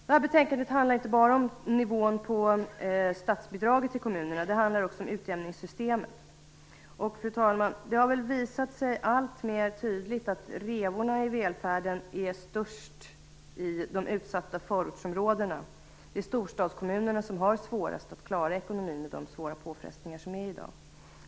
Det här betänkandet handlar inte bara om nivån på statsbidraget till kommunerna. Det handlar också om utjämningssystemet. Och, fru talman, det har väl visat sig alltmer tydligt att revorna i välfärden är störst i de utsatta förortsområdena. Det är storstadskommunerna som har svårast att klara ekonomin med de svåra påfrestningar som råder i dag.